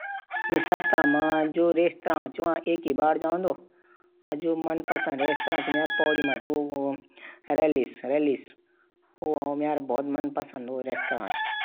मि अपड जीवन मा दुई तीन देश घूमी। Nepal Japan, America,